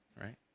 right